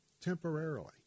temporarily